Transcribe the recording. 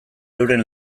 euren